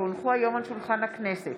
כי הונחו היום על שולחן הכנסת,